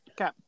Okay